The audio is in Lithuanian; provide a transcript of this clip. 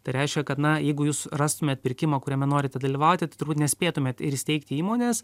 tai reiškia kad na jeigu jūs rastumėt pirkimą kuriame norite dalyvauti tai turbūt nespėtumėt ir įsteigti įmonės